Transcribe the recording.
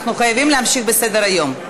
אנחנו חייבים להמשיך בסדר-היום.